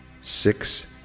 six